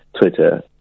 Twitter